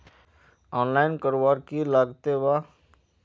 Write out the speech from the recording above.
Online करवार की लगते वा?